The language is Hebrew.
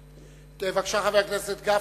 בבקשה, חבר הכנסת גפני,